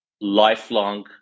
lifelong